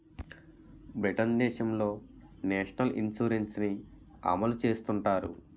Britain దేశంలో national insurance ని అమలు చేస్తుంటారు